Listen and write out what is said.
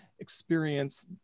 experience